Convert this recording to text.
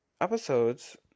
episodes